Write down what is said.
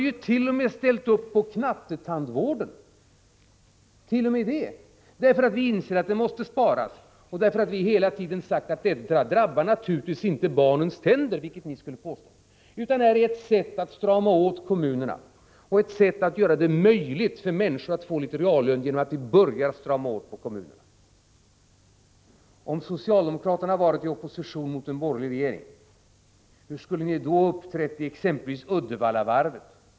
Vi har t.o.m. ställt upp på knattetandvården, därför att vi inser att det måste sparas. Vi har hela tiden sagt att detta naturligtvis inte drabbar barnens tänder, vilket ni skulle påstå, men det är ett sätt att vara stramare mot kommunerna och göra det möjligt för folk att få reallönehöjningar. Om socialdemokraterna varit i opposition mot en borgerlig regering, hur skulle ni då ha uppträtt med anledning av vad som sker vid t.ex. Uddevallavarvet?